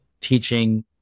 teaching